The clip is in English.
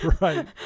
Right